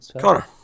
Connor